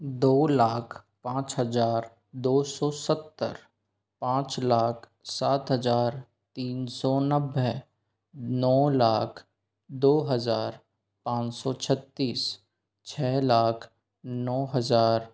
दो लाख पाँच हज़ार दो सौ सत्तर पाँच लाख सात हज़ार तीन सौ नब्बे नौ लाख दो हज़ार पाँच सौ छत्तीस छः लाख नौ हज़ार